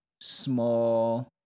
small